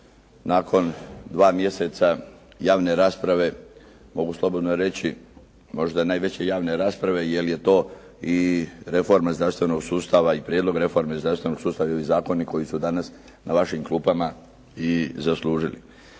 nakon dva mjeseca javne rasprave, mogu slobodno reći, možda najveće javne rasprave jer je to i reforma zdravstvenog sustava i prijedlog reforme zdravstvenog sustava, ili zakoni koji su danas na vašim klupama i zaslužili.